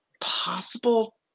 possible